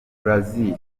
brazil